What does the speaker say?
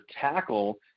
tackle